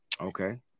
Okay